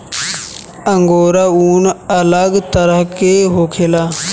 angora ऊन अलग तरह के होखेला